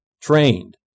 trained